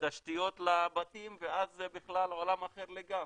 תשתיות לבתים ואז זה בכלל עולם אחר לגמרי,